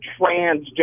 transgender